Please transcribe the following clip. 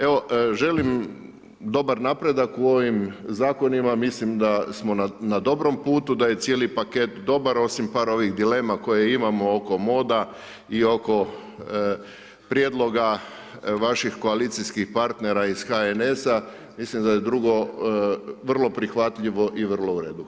Evo, želim dobar napredak u ovim zakonima, mislim da smo na dobrom putu, da je cijeli paket dobar, osim par ovih dilema koje imamo oko moda i oko prijedloga vaših koalicijskih partnera iz HNS-a, misli da je drugo vrlo prihvatljivo i vrlo u redu.